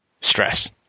stress